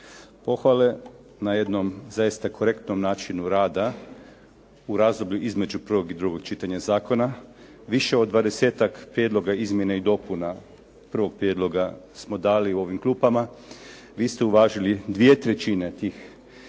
pohvale na jednom zaista korektnom načinu rada u razdoblju između prvog i drugog čitanja zakona. Više od dvadesetak prijedloga izmjena i dopuna prvog prijedloga smo dali u ovim klupama. Vi ste uvažili 2/3 tih